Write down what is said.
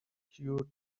cure